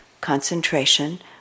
concentration